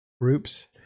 groups